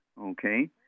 Okay